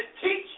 teach